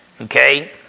okay